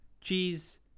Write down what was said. cheese